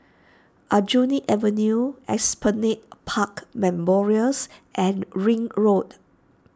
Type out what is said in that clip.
Aljunied Avenue Esplanade Park Memorials and Ring Road